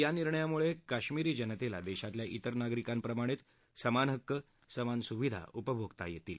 या निर्णयामुळे काश्मिरी जनतेला देशातल्या इतर नागरिकांप्रमाणेच समान हक्क समान सुविधा उपभोगता येतील